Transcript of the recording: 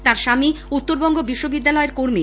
তার স্বামী উত্তরবংগ বিশ্ববিদ্যালয়ের কর্মী